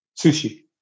Sushi